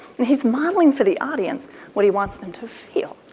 and he is modeling for the audience what he wants them to feel.